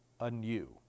anew